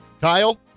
Kyle